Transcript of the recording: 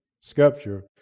sculpture